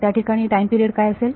त्याठिकाणी time period काय असेल